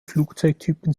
flugzeugtypen